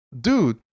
dude